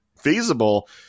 feasible